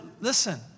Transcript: listen